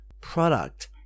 product